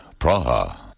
Praha